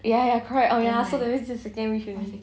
ya ya correct oh ya so that means this is the second wish already